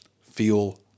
feel